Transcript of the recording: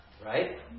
Right